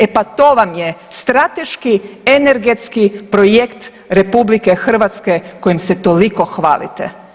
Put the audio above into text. E pa to vam je strateški energetski projekt RH kojim se toliko hvalite.